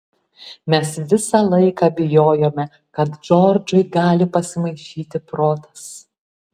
mes visą laiką bijojome kad džordžui gali pasimaišyti protas